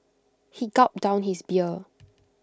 he gulped down his beer